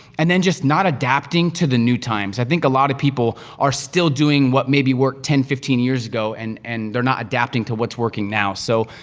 and then, just not adapting to the new times. i think a lot of people are still doing what maybe worked ten, fifteen years ago, and and they're not adapting to what's working now. so,